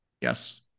Yes